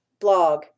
blog